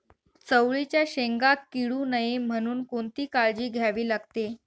चवळीच्या शेंगा किडू नये म्हणून कोणती काळजी घ्यावी लागते?